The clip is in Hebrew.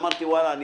אמרתי: אני